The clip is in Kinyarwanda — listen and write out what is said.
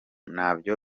nabyo